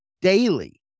daily